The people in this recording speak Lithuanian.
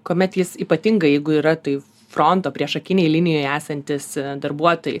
kuomet jis ypatingai jeigu yra tai fronto priešakinėj linijoj esantys darbuotojai